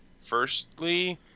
firstly